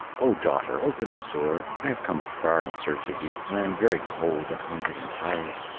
oh, daughter, open the door i have come far in search of you, and i am very cold and hungry and tired.